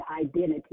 identity